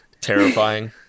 Terrifying